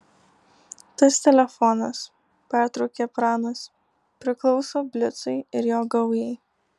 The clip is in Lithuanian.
tas telefonas pertraukė pranas priklauso blicui ir jo gaujai